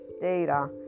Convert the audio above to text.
data